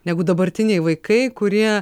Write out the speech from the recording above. negu dabartiniai vaikai kurie